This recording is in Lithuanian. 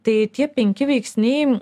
tai tie penki veiksniai